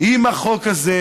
החוק הזה,